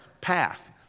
path